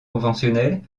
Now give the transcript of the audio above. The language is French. conventionnelles